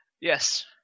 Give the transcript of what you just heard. Yes